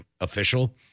official